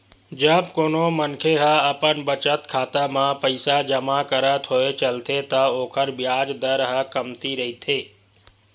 जब कोनो मनखे ह अपन बचत खाता म पइसा जमा करत होय चलथे त ओखर बियाज दर ह कमती रहिथे